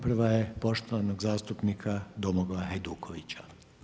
Prva je poštovanog zastupnika Domagoja Hajdukovića.